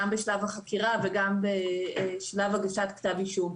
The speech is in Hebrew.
גם בשלב החקירה וגם בשלב הגשת כתב אישום.